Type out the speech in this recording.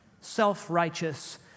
self-righteous